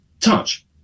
touch